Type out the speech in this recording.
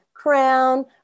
crown